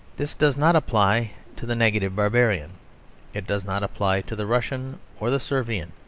this does not apply to the negative barbarian it does not apply to the russian or the servian,